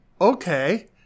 okay